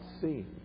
seen